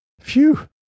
Phew